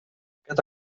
aquest